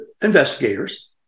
investigators